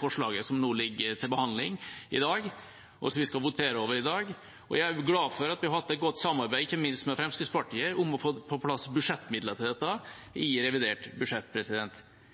forslaget som nå ligger til behandling, og som vi skal votere over i dag. Jeg er også glad for at vi har hatt et godt samarbeid, ikke minst med Fremskrittspartiet, om å få på plass budsjettmidler til dette